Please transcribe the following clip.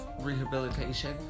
rehabilitation